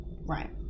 Right